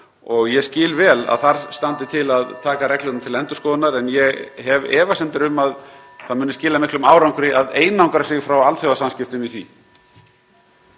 hringir.) þar standi til að taka reglurnar til endurskoðunar en ég hef efasemdir um að það muni skila miklum árangri að einangra sig frá alþjóðasamskiptum í því.